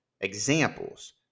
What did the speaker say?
examples